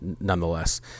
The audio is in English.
nonetheless